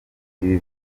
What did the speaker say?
ibi